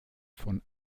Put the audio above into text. von